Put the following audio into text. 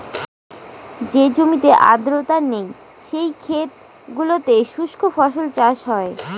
যে জমিতে আর্দ্রতা নেই, সেই ক্ষেত গুলোতে শুস্ক ফসল চাষ হয়